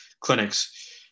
clinics